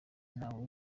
ntawe